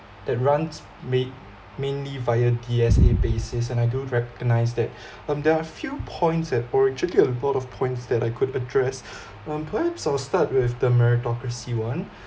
that runs ma~ mainly via D_S_A basis and I do recognise that um there are few points that or actually a lot of points that I could address um perhaps I'll start with the meritocracy one